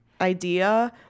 idea